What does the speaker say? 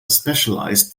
specialized